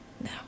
No